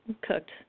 cooked